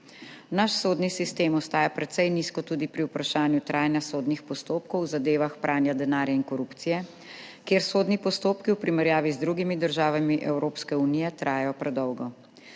Naš sodni sistem ostaja precej nizko tudi pri vprašanju trajanja sodnih postopkov v zadevah pranja denarja in korupcije, kjer sodni postopki v primerjavi z drugimi državami Evropske unije trajajo predolgo.